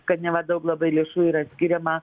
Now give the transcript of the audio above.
kad neva daug labai lėšų yra skiriama